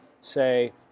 say